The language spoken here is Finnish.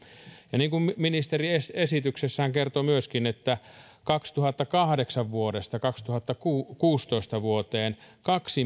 ja niin kuin ministeri esityksessään myöskin kertoi verrattuna vuodesta kaksituhattakahdeksan vuoteen kaksituhattakuusitoista tällä hetkellä tehdään kaksi